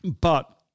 But-